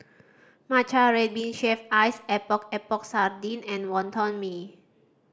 matcha red bean shaved ice Epok Epok Sardin and Wonton Mee